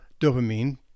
dopamine